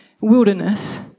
wilderness